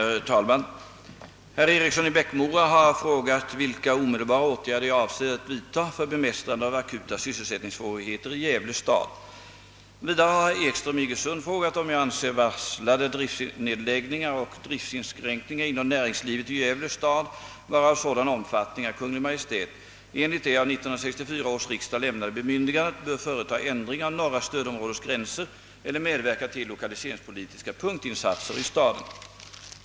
Herr talman! Herr Eriksson i Bäckmora har frågat vilka omedelbara åtgärder jag avser att vidta för bemästrande av akuta sysselsättningssvårigheter i Gävle stad. Vidare har herr Ekström i Iggesund frågat om jag anser varslade driftsnedläggningar och driftsinskränkningar inom näringslivet i Gävle stad vara av sådan omfattning, att Kungl. Maj:t enligt det av 1964 års riksdag lämnade bemyndigandet bör företa ändring av norra stödområdets gränser eller medverka till lokaliseringspolitiska punktinsatser i staden.